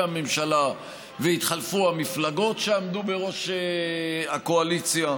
הממשלה והתחלפו המפלגות שעמדו בראש הקואליציה,